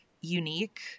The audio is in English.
unique